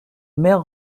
mères